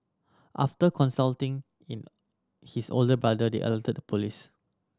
after consulting in his older brother they alerted the police